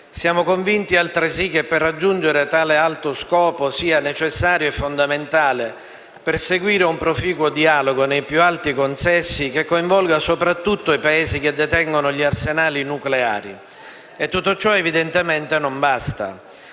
convinti che per raggiungere tale alto scopo sia necessario e fondamentale perseguire un proficuo dialogo nei più alti consessi che coinvolga soprattutto i Paesi che detengono gli arsenali nucleari, ma tutto ciò evidentemente non basta.